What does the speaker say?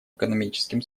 экономическим